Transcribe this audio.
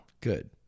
Good